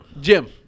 Jim